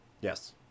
yes